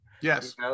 Yes